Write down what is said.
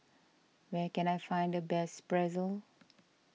where can I find the best Pretzel